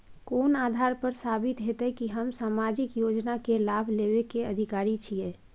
कोन आधार पर साबित हेते की हम सामाजिक योजना के लाभ लेबे के अधिकारी छिये?